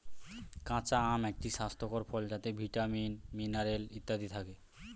কাঁচা আম একটি স্বাস্থ্যকর ফল যাতে ভিটামিন, মিনারেল ইত্যাদি থাকে